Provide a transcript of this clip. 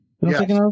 Yes